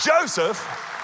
Joseph